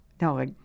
No